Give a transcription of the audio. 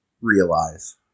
realize